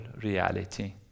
reality